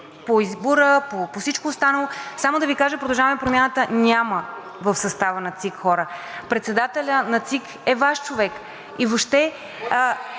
по избора, по всичко останало. Само да Ви кажа „Продължаваме Промяната“ няма в състава на ЦИК хора. Председателят на ЦИК е Ваш човек и въобще